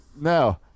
no